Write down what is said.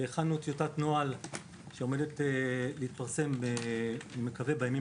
הכנו טיוטת נוהל שעומדת להתפרסם בימים